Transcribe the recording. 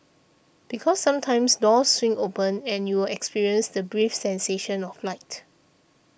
because sometimes doors swing open and you'll experience the brief sensation of flight